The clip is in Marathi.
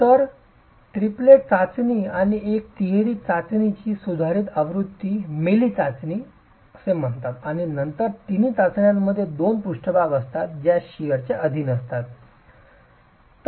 तर ट्रिपलेट चाचणी आणि एक आणि तिहेरी चाचणीची सुधारित आवृत्ती येथे मेलि चाचणी असे म्हणतात आणि नंतर तिन्ही चाचण्यांमध्ये 2 पृष्ठभाग असतात ज्या शिअरच्या अधीन असतात